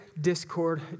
discord